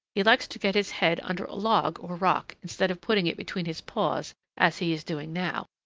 he likes to get his head under a log or rock, instead of putting it between his paws as he is doing now.